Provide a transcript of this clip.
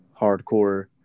hardcore